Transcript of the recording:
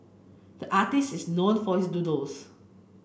the artist is known for his doodles